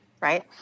Right